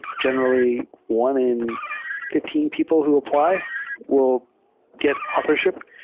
generally, one in fifteen people who apply will get authorship.